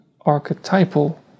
archetypal